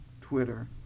Twitter